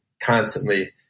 constantly